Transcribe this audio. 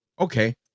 Okay